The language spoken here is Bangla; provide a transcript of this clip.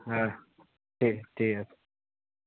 হ্যাঁ ঠিক ঠিক আছে